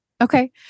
Okay